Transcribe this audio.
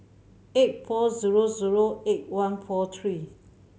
eight four zero zero eight one four three